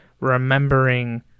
remembering